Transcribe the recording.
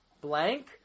blank